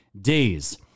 days